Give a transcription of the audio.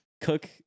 cook